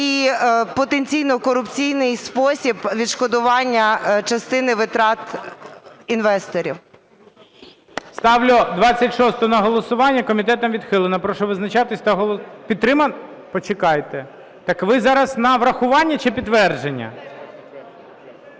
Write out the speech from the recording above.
і потенційно корупційний спосіб відшкодування частини витрат інвесторів. ГОЛОВУЮЧИЙ. Ставлю 26-у на голосування. Комітетом відхилена. Прошу визначатись та… Підтримана? Почекайте! Так ви зараз на врахування чи підтвердження?